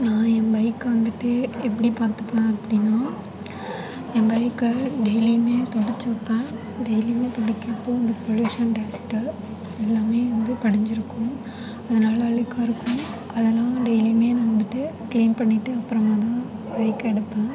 நான் என் பைக்கை வந்துட்டு எப்படி பார்த்துப்பேன் அப்படின்னா என் பைக்கை டெய்லியுமே துடச்சி வைப்பேன் டெய்லியுமே துடைக்கிறப்போ அந்த பொலுயூஷன் டஸ்ட்டு எல்லாமே வந்து படிஞ்சிருக்கும் அதனால அழுக்காக இருக்கும் அதெல்லாம் டெய்லியுமே நான் வந்துட்டு க்ளீன் பண்ணிட்டு அப்புறமா தான் பைக் எடுப்பேன்